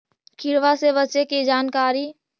किड़बा से बचे के जानकारी?